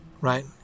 right